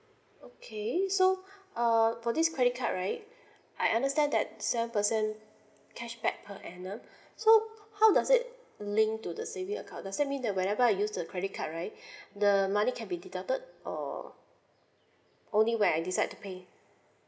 okay so uh for this credit card right I understand that seven percent cashback per annum so how does it link to the saving account does that means that whenever I use the credit card right the money can be deducted or only when I decide to pay